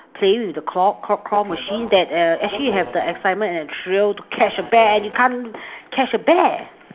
playing with the claw claw claw machine that err actually have the excitement and the thrill to catch a bear and you can't catch a bear